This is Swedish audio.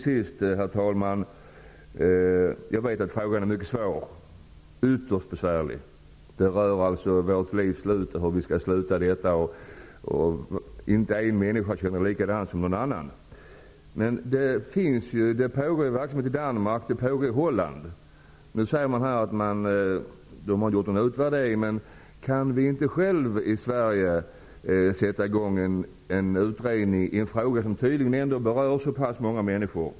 Vidare, herr talman, har jag en fråga som är mycket svår och ytterst besvärlig. Det rör vårt livs slut. Inte en människa känner likadant som en annan. Men det pågår verksamhet i Danmark och i Holland. Statsrådet säger visserligen att det inte skett någon utvärdering, men min fråga är: Kan vi inte i Sverige själva sätta i gång en utredning i en fråga som tydligen ändå berör så många människor?